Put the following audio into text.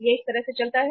यह इस तरह चलता है